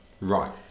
Right